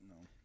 no